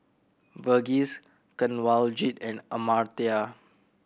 Verghese Kanwaljit and Amartya